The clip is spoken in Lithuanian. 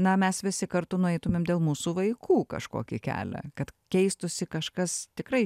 na mes visi kartu nueitumėm dėl mūsų vaikų kažkokį kelią kad keistųsi kažkas tikrai